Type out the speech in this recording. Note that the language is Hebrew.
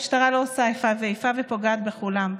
המשטרה לא עושה איפה ואיפה ופוגעת בכולם.